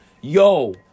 Yo